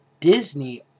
Disney